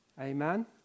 Amen